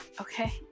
okay